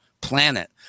planet